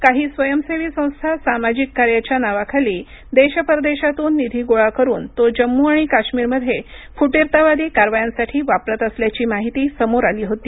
काही स्वयंसेवी संस्था सामाजिक कार्यांच्या नावाखाली देश परदेशातून निधी गोळा करून तो जम्मू आणि काश्मीर मध्ये फुटीरतावादी कारवायांसाठी वापरत असल्याची माहिती समोर आली होती